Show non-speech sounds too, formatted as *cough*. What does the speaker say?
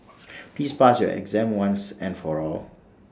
*noise* please pass your exam once and for all